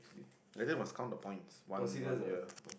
like that must count the points one one yeah